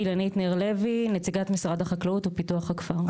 אילנית ניר לוי, נציגת משרד החקלאות ופיתוח הכפר.